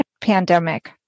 pandemic